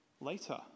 later